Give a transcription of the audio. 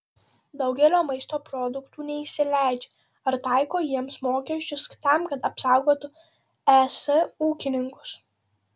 daugelio maisto produktų neįsileidžia ar taiko jiems mokesčius tam kad apsaugotų es ūkininkus